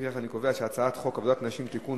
לפיכך אני קובע כי הצעת חוק עבודת נשים (תיקון,